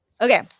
okay